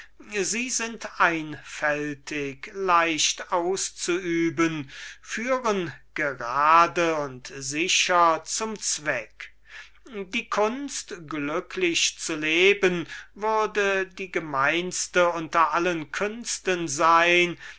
sie sind einfältig leicht auszuüben und führen gerade und sicher zum zweck die kunst glücklich zu leben würde die gemeinste unter allen künsten sein